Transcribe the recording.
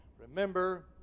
Remember